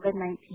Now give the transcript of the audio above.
COVID-19